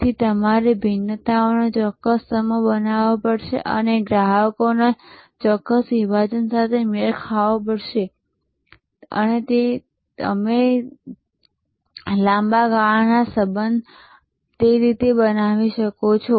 તેથી તમારે વિભિન્નતાઓનો ચોક્કસ સમૂહ બનાવવો પડશે અને ગ્રાહકોના ચોક્કસ વિભાજન સાથે મેળ ખાવો પડશે અને તે રીતે તમે લાંબા ગાળાના સંબંધો બનાવી શકો છો